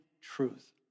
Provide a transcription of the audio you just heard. truth